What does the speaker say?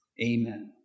Amen